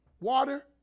Water